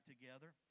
together